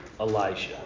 Elijah